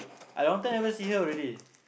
I long time never see her already